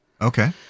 okay